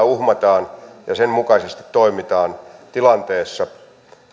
uhataan ja sen mukaisesti toimitaan tilanteessa